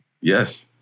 Yes